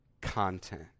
content